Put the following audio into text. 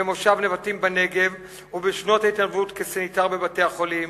במושב נבטים בנגב ובשנות ההתנדבות כסניטר בבתי-החולים,